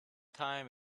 time